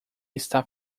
está